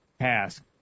task